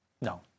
No